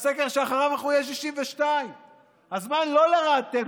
בסקר שאחריו אנחנו נהיה 62. הזמן לא לרעתנו,